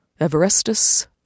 Everestus